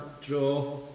draw